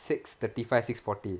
six thirty five six forty